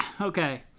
Okay